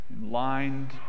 Lined